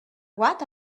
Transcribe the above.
what